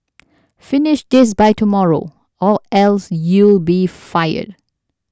finish this by tomorrow or else you'll be fired